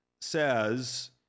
says